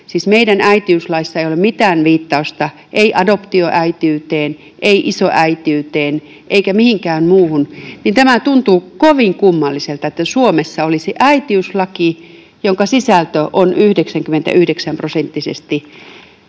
meidän äitiyslaissamme ei ole mitään viittausta adoptioäitiyteen, ei isoäitiyteen eikä mihinkään muuhun, niin tämä tuntuu kovin kummalliselta, että Suomessa olisi äitiyslaki, jonka sisältö 99-prosenttisesti liittyy